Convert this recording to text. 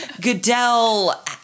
Goodell